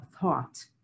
thought